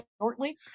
shortly